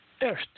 earth